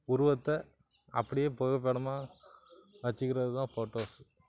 உருவத்தை அப்படியே புகைப்படமாக வச்சிக்கறது தான் ஃபோட்டோஸ்